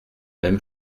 même